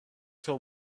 till